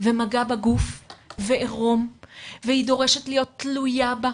ומגע בגוף ועירום והיא דורשת להיות תלויה בה,